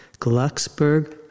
Glucksburg